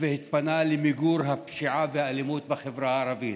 למיגור הפשיעה והאלימות בחברה הערבית.